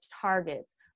targets